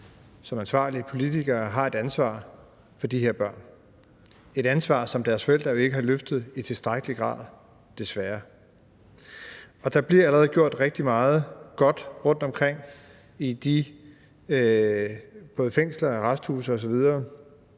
som ansvarlige politikere har et ansvar for de her børn, et ansvar, som deres forældre jo ikke har løftet i tilstrækkelig grad, desværre. Der bliver allerede gjort rigtig meget godt rundtomkring både i fængsler og arresthuse osv.